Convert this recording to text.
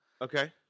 Okay